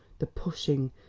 the pushing,